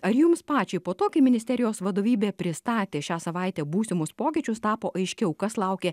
ar jums pačiai po to kai ministerijos vadovybė pristatė šią savaitę būsimus pokyčius tapo aiškiau kas laukia